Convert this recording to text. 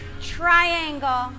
triangle